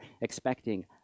expecting